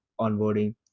onboarding